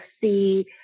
see